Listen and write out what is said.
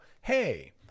hey